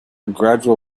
gradual